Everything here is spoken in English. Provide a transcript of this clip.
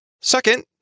Second